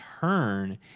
turn